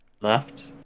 left